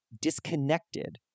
disconnected